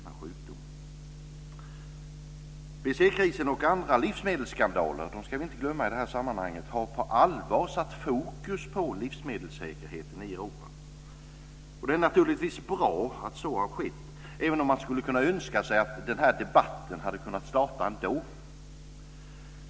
BSE-krisen och andra livsmedelsskandaler - dem ska vi inte glömma i det här sammanhanget - har på allvar satt fokus på livsmedelssäkerheten i Europa. Det är naturligtvis bra att så har skett, även om man skulle kunna önska sig att den här debatten hade kunnat starta ändå.